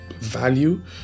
value